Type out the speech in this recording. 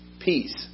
peace